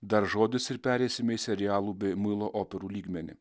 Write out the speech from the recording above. dar žodis ir pereisime į serialų bei muilo operų lygmenį